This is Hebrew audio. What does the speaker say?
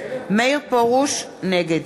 נגד